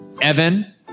Evan